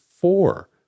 four